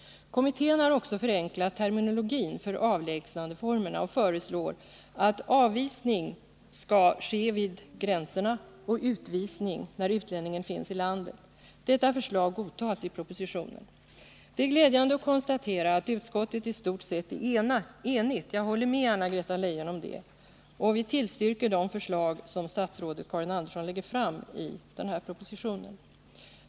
Kommittén har också förenklat terminologin för avlägsnandeformerna och föreslår att avvisning skall ske vid gränserna och utvisning när utlänningen finns i landet. Detta förslag godtas i propositionen. Det är glädjande att konstatera att utskottet i stort sett är enigt — jag håller med Anna-Greta Leijon om det — och tillstyrker de förslag som statsrådet Karin Andersson lägger fram i propositionen.